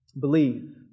believe